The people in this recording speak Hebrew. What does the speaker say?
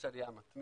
יש עלייה מתמדת.